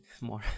more